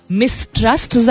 mistrust